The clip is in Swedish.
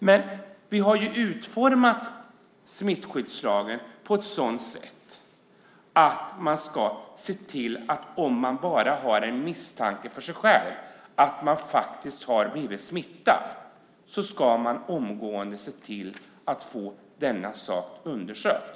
Men vi har ju utformat smittskyddslagen på ett sådant sätt att om man bara för sig själv har en misstanke om att man har blivit smittad ska man omgående se till att få denna sak undersökt.